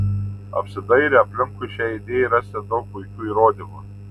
apsidairę aplinkui šiai idėjai rasite daug puikių įrodymų